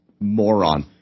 moron